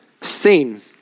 seen